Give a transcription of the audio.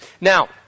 Now